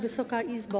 Wysoka Izbo!